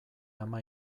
ama